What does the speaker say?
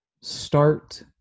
start